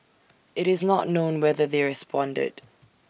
IT is not known whether they responded